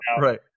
Right